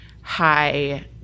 high